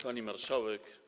Pani Marszałek!